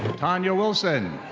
tanya wilson.